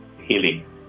healing